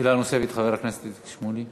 שאלה נוספת, חבר הכנסת איציק שמולי.